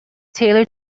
taylor